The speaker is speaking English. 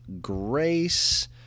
Grace